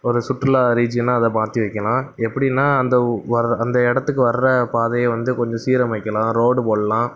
ஒரு சுற்றுலா ரீஜியனாக அதை மாற்றி வைக்கலாம் எப்படின்னா அந்த வர்ற அந்த இடத்துக்கு வர்ற பாதையை வந்து கொஞ்சம் சீரமைக்கலாம் ரோடு போடலாம்